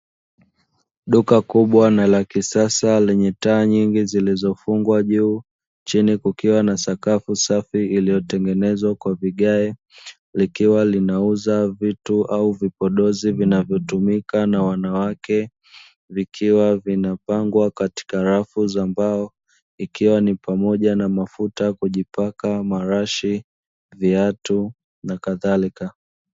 Duka kubwa na la kisasa lenye taa zilizofungwa juu, chini iukiwa na sakafu safi iliyotengenezwa kwa vigae, likiwa linauza vitu au vipodozi vinavyotumika na wanawake vikiwa vinapangwa katika rafu za mbao ikiwa ni pamoja na mafuta ya kujipaka, marashi, viatu na kadharika.